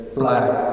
black